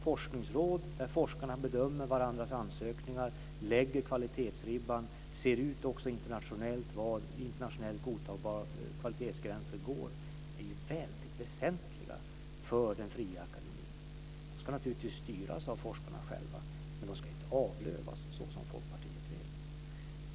Forskningsråd, där forskarna bedömer varandras ansökningar, lägger kvalitetsribban och ser ut var internationella kvalitetsgränser går, är ju väldigt väsentliga för den fria akademin. De ska naturligtvis styras av forskarna själva, men de ska inte avlövas, såsom Folkpartiet vill.